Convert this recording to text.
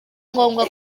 ngombwa